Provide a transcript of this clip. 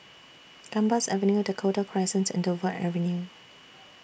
Gambas Avenue Dakota Crescent and Dover Avenue